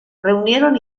reunieron